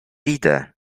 idę